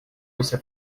você